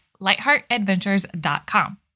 lightheartadventures.com